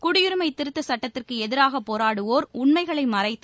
குடியுரிமை திருத்தச் சட்டத்திற்கு எதிராக போராடுவோர் உண்மைகளை மறைத்து